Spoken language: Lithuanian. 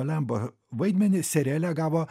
lemba vaidmenį seriale gavo